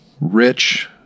rich